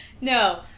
No